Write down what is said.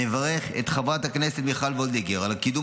אני מברך את חברת הכנסת מיכל וולדיגר על קידום